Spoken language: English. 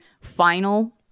final